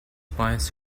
poems